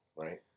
Right